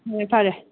ꯑꯣ ꯐꯔꯦ